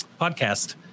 podcast